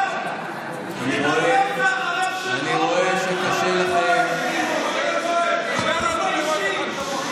אני רואה שקשה לכם, אתם לא מתביישים?